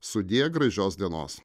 sudie gražios dienos